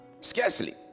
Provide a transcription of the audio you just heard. Scarcely